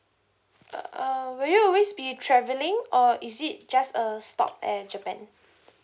uh uh will you always be travelling or is it just a stop at japan